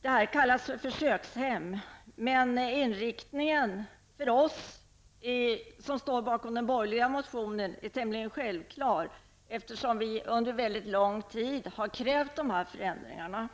Det här kallas försöksdaghem, men för oss som står bakom den borgerliga motionen är inriktningen tämligen självklar, eftersom vi under mycket lång tid har krävt de här förändringarna.